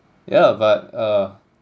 yeah but uh